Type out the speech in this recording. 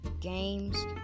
games